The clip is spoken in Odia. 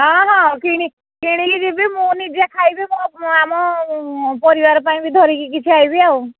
ହଁ ହଁ କିଣି କିଣିକି ଯିବି ମୁଁ ନିଜେ ଖାଇବି ମୋ ଆମ ପରିବାର ପାଇଁ ବି ଧରିକି କିଛି ଆଇବି ଆଉ